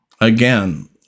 Again